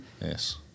yes